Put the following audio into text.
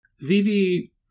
Vivi